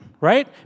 right